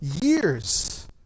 years